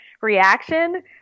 reaction